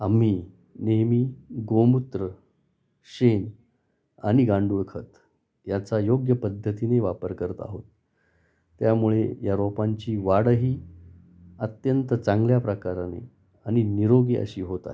आम्ही नेहमी गोमूत्र शेण आणि गांडूळखत याचा योग्य पद्धतीने वापर करत आहोत त्यामुळे या रोपांची वाढही अत्यंत चांगल्या प्रकाराने आणि निरोगी अशी होत आहे